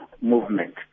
movement